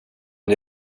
det